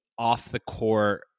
off-the-court